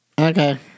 okay